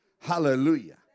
hallelujah